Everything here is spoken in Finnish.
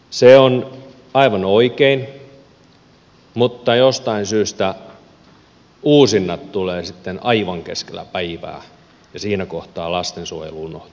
se on aivan oikein mutta jostain syystä uusinnat tulevat sitten aivan keskellä päivää ja siinä kohtaa lastensuojelu unohtuu